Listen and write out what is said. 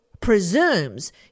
presumes